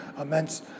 immense